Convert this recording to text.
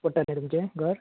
पडटा न्हू तुमचें घर